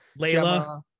Layla